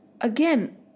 again